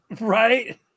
Right